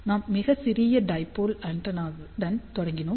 நாம் மிகச் சிறிய டைபோல் ஆண்டெனாவுடன் தொடங்கினோம்